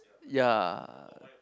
ya